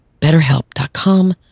betterhelp.com